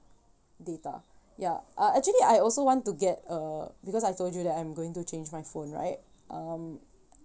data ya uh actually I also want to get uh because I told you that I'm going to change my phone right um